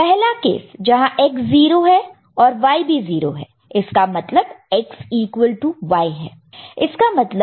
पहला केस जहां X0 Y0 इसका मतलब X ईक्वल टू Y है